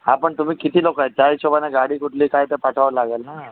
हा पण तुम्ही किती लोकं आहेत त्या हिशोबाने गाडी कुठली काय ते पाठवावं लागेल ना